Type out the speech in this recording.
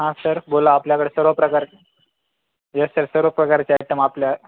हा सर बोला आपल्याकडं सर्व प्रकारचे येस सर सर्व प्रकारचे आयटम आपल्या